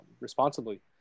responsibly